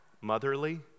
motherly